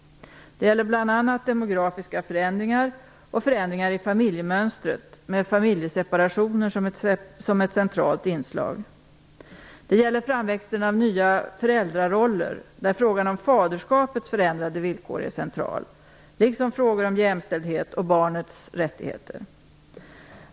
Det gäller bl.a. demografiska förändringar och förändringar i familjemönstret, med familjeseparationer som ett centralt inslag. Det gäller framväxten av nya föräldraroller, där frågan om faderskapets förändrade villkor är central, liksom frågan om jämställdhet och barnets rättigheter.